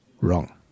wrong